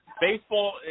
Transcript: Baseball